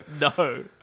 no